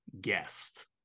guest